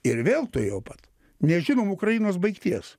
ir vėl tuojau pat nežinom ukrainos baigties